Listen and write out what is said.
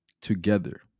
together